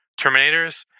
Terminators